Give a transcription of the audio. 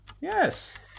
Yes